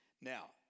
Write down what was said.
Now